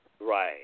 Right